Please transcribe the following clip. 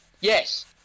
Yes